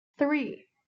three